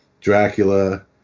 Dracula